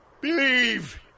Believe